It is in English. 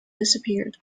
disappeared